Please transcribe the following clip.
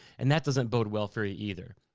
and that doesn't bode well for you either.